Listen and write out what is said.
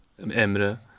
Emre